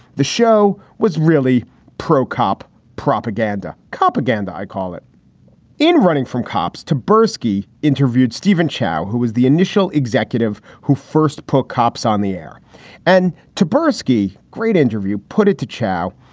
the show was really procomp propaganda cop. again, the i call it in running from cops to bursey, interviewed stephen chow, who was the initial executive who first put cops on the air and to brisky. great interview. put it to chow.